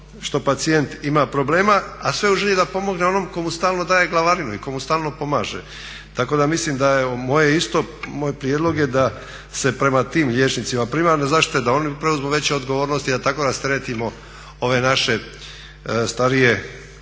što pacijent ima problema, a sve u želji da pomogne onom tko mu stalno daje glavarinu i tko mu stalno pomaže. Tako da mislim da evo isto moj prijedlog je da se prema tim liječnicima primarne zaštite da oni preuzmu veće odgovornosti i da tako rasteretimo ove naše starije